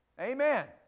Amen